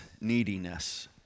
neediness